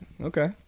Okay